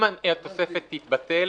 אם התוספת תתבטל,